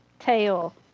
tail